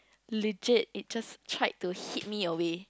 legit it just tried to hit me away